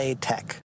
Tech